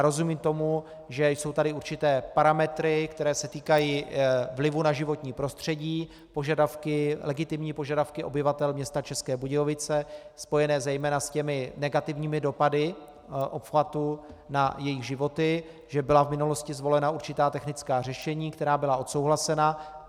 Rozumím tomu, že jsou tady určité parametry, které se týkají vlivu na životní prostředí, legitimní požadavky obyvatel města České Budějovice spojené zejména s negativními dopady obchvatu na jejich životy, že byla v minulosti zvolena určitá technická řešení, která byla odsouhlasena.